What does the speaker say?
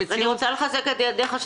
אני רוצה לחזק את ידיך,